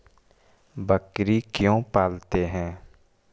बकरी क्यों पालते है?